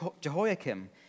Jehoiakim